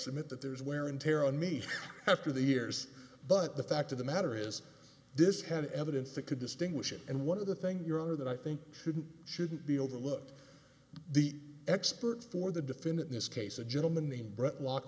submit that there's wear and tear on me after the years but the fact of the matter is this had evidence that could distinguish it and one of the things your honor that i think shouldn't shouldn't be overlooked the expert for the defendant in this case a gentleman named brett lock